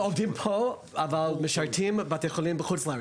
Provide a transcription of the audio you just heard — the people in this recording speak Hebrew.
לא, עובדים פה אבל משרתים בתי חולים בחוץ לארץ.